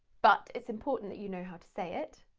but it's important that you know how to say it.